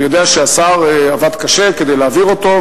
אני יודע שהשר עבד קשה כדי להעביר אותו,